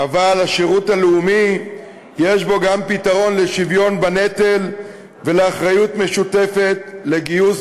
אבל השירות הלאומי יש בו גם פתרון לשוויון בנטל ולאחריות משותפת בגיוס,